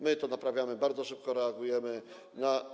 My to naprawiamy, bardzo szybko reagujemy na.